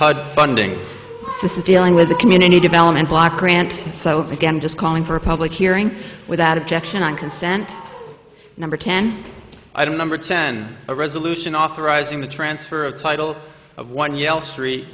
hud funding so this is dealing with the community development block grant so began just calling for a public hearing without objection on consent number ten i don't number ten a resolution authorizing the transfer of title of one yell street